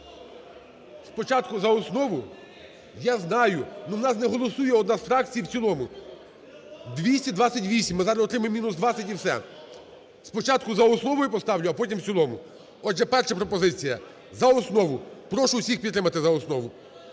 (Шум у залі) Я знаю, но у нас не голосує одна з фракцій в цілому. 228. Ми зараз отримаємо мінус 20 і все. Спочатку за основу я поставлю, а потім – в цілому. Отже, перша пропозиція – за основу. Прошу всіх підтримати за основу.